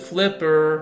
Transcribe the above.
Flipper